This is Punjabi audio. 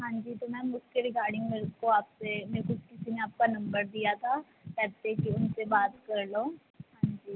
ਹਾਂਜੀ ਤੋਂ ਮੈਮ ਉਸ ਕੇ ਰਿਗਾਰਡਿੰਗ ਮੇਰੇ ਕੋ ਆਪਸੇ ਮੇਰੇ ਕੋ ਕਿਸੀ ਨੇ ਆਪ ਕਾ ਨੰਬਰ ਦੀਆ ਥਾ ਕਹਤੇ ਕੇ ਉਨਸੇ ਬਾਤ ਕਰਲੋ ਹਾਂਜੀ